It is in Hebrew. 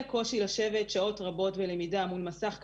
קושי לשבת שעות רבות ולמידה מול מסך קטן.